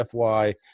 FY